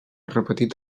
repetit